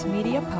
Media